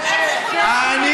יש לי כמה דברים,